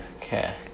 Okay